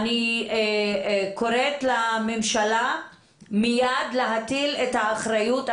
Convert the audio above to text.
אני קוראת לממשלה מייד להטיל את האחריות.